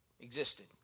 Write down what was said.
Existed